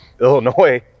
Illinois